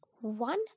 one